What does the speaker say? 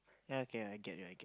ya okay I get you I get